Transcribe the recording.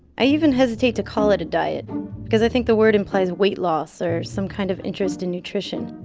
i even hesitate to call it a diet because i think the word implies weight loss or some kind of interest in nutrition.